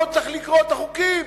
לא צריך לקרוא את החוקים,